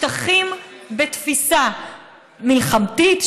שטחים בתפיסה מלחמתית,